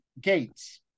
gates